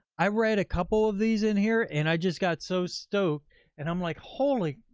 i read a couple of these in here and i just got so stoked and i'm like, holy,